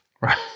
Right